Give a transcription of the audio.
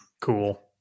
Cool